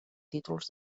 títols